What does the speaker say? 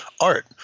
art